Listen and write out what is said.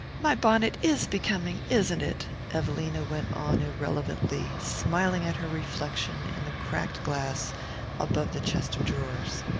my bonnet is becoming, isn't it? evelina went on irrelevantly, smiling at her reflection in the cracked glass above the chest of drawers.